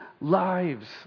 lives